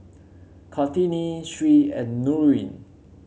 Kartini Sri and Nurin